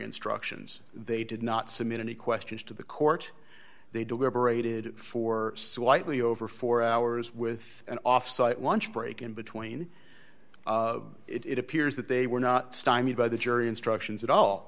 instructions they did not submit any questions to the court they deliberated for slightly over four hours with an offsite lunch break in between it appears that they were not stymied by the jury instructions at all